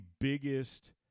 biggest